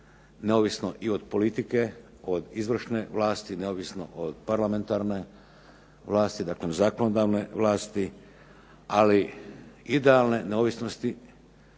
neovisno i od politike, od izvršne vlasti, neovisno od parlamentarne vlasti, dakle zakonodavne vlasti, ali idealne neovisnosti